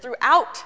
throughout